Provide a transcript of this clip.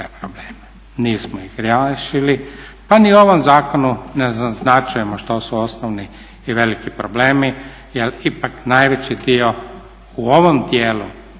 nismo ih riješili pa ni u ovom zakonu ne naznačujemo što su osnovni i veliki problemi jer ipak najveći dio u ovom dijelu